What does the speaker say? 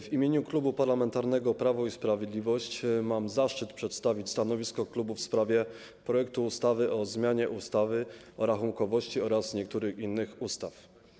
W imieniu Klubu Parlamentarnego Prawo i Sprawiedliwość mam zaszczyt przedstawić stanowisko klubu w sprawie projektu ustawy o zmianie ustawy o rachunkowości oraz niektórych innych ustaw.